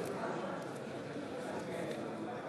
37